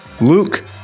Luke